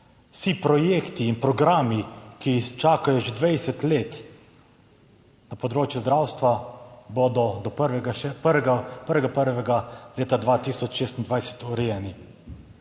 Vsi projekti in programi, ki čakajo že 20 let, na področju zdravstva, bodo do 1. 1. leta 2026 urejeni.